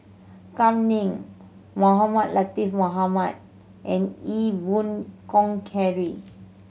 Kam Ning Mohamed Latiff Mohamed and Ee Boon Kong Henry